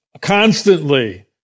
constantly